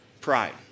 pride